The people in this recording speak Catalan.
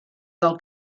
del